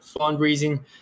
fundraising